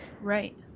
Right